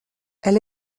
elle